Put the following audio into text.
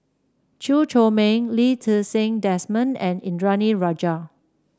Chew Chor Meng Lee Ti Seng Desmond and Indranee Rajah